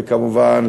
וכמובן,